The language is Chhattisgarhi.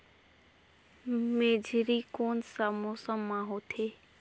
मेझरी कोन सा मौसम मां होथे?